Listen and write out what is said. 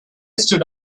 stood